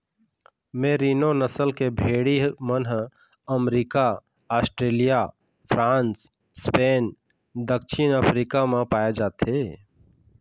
मेरिनों नसल के भेड़ी मन ह अमरिका, आस्ट्रेलिया, फ्रांस, स्पेन, दक्छिन अफ्रीका म पाए जाथे